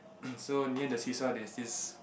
so near the see saw there's this